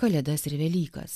kalėdas ir velykas